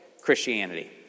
Christianity